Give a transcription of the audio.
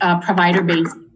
provider-based